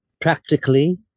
Practically